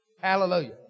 Hallelujah